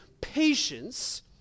patience